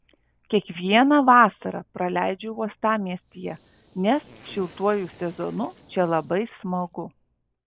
kiekvieną vasarą praleidžiu uostamiestyje nes šiltuoju sezonu čia labai smagu